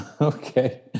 Okay